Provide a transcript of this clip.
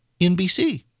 NBC